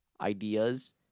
ideas